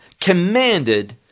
commanded